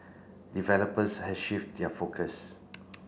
developers has shift their focus